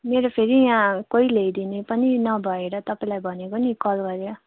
मेरो फेरि यहाँ कोही ल्याइदिने पनि नभएर तपाईँलाई भनेको नि कल गरेर